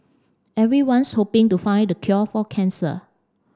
everyone's hoping to find the cure for cancer